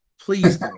please